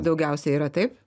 daugiausia yra taip